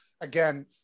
again